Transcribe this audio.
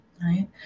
right